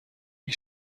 این